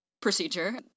procedure